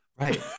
right